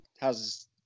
how's